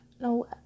no